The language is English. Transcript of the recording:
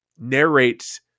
narrates